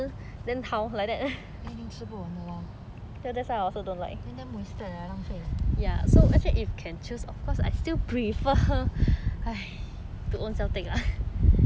then 一定吃不完的 loh then damn wasted leh 浪费 eh ya loh but